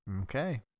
Okay